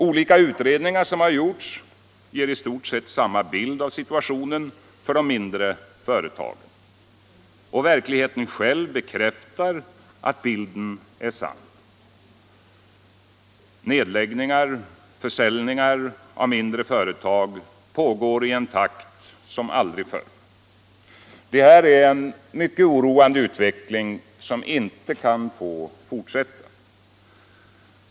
Olika utredningar som har gjorts ger i stort sett samma bild av situationen för de mindre företagen. Och verkligheten själv bekräftar att bilden är sann. Nedläggningar och försäljningar av mindre företag pågår i en takt som aldrig förr. Detta är en mycket oroande utveckling, som inte kan få fortsätta.